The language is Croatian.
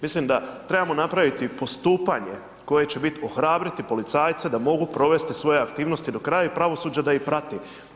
Mislim da trebamo napraviti postupanje koje biti ohrabriti policajca da mogu provesti svoje aktivnosti do kraja i pravosuđe da ih prati.